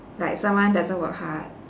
like someone doesn't work hard